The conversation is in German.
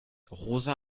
rosa